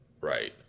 right